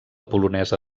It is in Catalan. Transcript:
polonesa